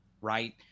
Right